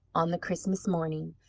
on the christmas morning.